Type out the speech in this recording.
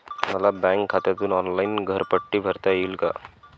मला बँक खात्यातून ऑनलाइन घरपट्टी भरता येईल का?